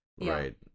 right